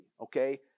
okay